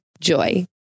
Joy